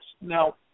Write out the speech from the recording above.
Now